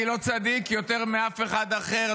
אני לא צדיק יותר מאף אחד אחר,